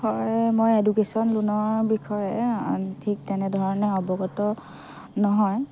হয় মই এডুকেচন লোনৰ বিষয়ে ঠিক তেনে ধৰণে অৱগত নহয়